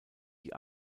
die